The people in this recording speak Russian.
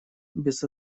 без